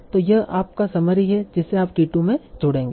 तो यह आपका समरी है जिसे आप t 2 में जोड़ेंगे